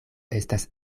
estas